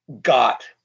got